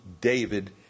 David